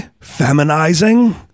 feminizing